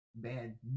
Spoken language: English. man